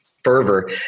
fervor